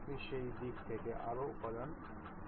আমরা একটি কবজ নির্বাচন করব